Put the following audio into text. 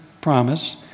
promise